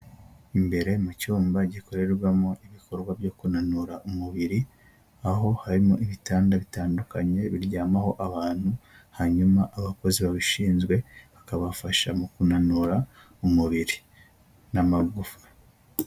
Imbere mu cyumba gikorerwamo ibikorwa byo kunanura umubiri aho harimo ibitanda bitandukanye biryamaho abantu hanyuma abakozi babishinzwe bakabafasha mu kunanura umubiri n'amagufa.